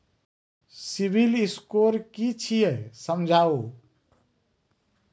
Civil score कि छियै समझाऊ?